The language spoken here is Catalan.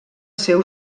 seu